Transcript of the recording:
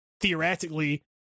theoretically